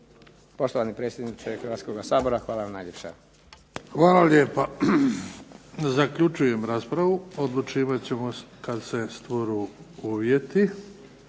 Poštovani predsjedniče Hrvatskoga sabora hvala vam najljepša. **Bebić, Luka (HDZ)** Hvala lijepa. Zaključujem raspravu. Odlučivat ćemo kad se stvoru uvjeti.